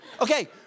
Okay